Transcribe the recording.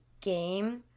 game